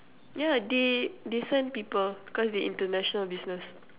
yeah they they send people cause they international business